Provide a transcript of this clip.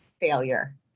failure